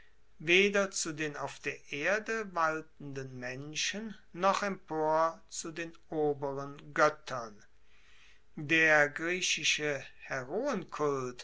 weder zu den auf der erde waltenden menschen noch empor zu den oberen goettern der griechische heroenkult